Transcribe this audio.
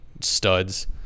studs